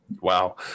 Wow